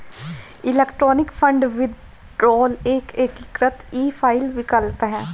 electronic fund withdrawal एक एकीकृत e file विकल्प है